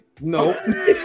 No